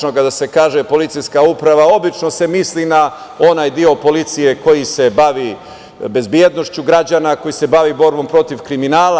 Kada se kaže policijska uprava, obično se misli na onaj deo policije koji se bavi bezbednošću građana, koji se bavi borbom protiv kriminala.